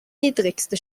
niedrigste